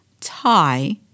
tie